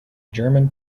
german